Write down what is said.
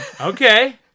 Okay